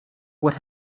what